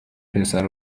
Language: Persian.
پسره